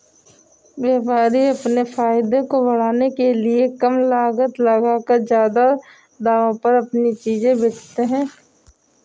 व्यापारी अपने फायदे को बढ़ाने के लिए कम लागत लगाकर ज्यादा दामों पर अपनी चीजें बेचते है